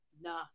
nah